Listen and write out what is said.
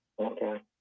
Okay